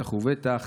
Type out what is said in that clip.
בטח ובטח